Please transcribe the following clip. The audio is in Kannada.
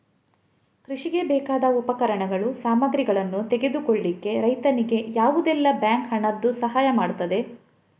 ಕೃಷಿಗೆ ಬೇಕಾದ ಉಪಕರಣಗಳು, ಸಾಮಗ್ರಿಗಳನ್ನು ತೆಗೆದುಕೊಳ್ಳಿಕ್ಕೆ ರೈತನಿಗೆ ಯಾವುದೆಲ್ಲ ಬ್ಯಾಂಕ್ ಹಣದ್ದು ಸಹಾಯ ಮಾಡ್ತದೆ?